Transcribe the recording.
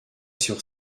sur